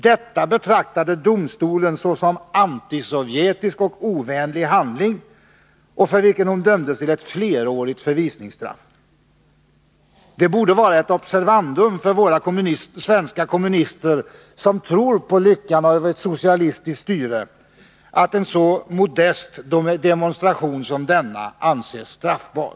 Detta betraktade domstolen såsom ”antisovjetisk och ovänlig handling” och för den dömdes hon till ett flerårigt förvisningsstraff. Det borde vara ett observandum för våra svenska kommunister, som tror på lyckan av ett socialistiskt styre, att en så modest demonstration som denna anses straffbar.